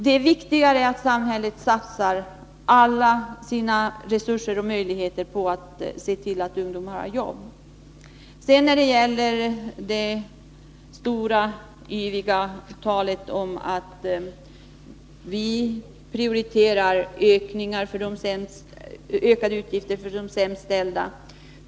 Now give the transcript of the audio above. Det är viktigare att samhället satsar alla sina resurser och möjligheter på att se till att ungdomar har jobb. Vi har här kunnat lyssna till det yviga talet om att vi socialdemokrater prioriterar ökade utgifter för de sämst ställda.